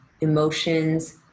emotions